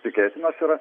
tikėtinos yra